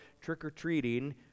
trick-or-treating